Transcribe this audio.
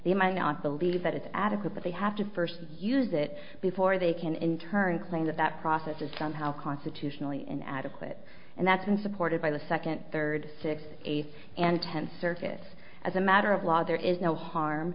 they might not believe that it's adequate but they have to first use it before they can in turn claim that that process is somehow constitutionally an adequate and that's been supported by the second third six eight and ten service as a matter of law there is no harm